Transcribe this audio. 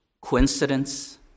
coincidence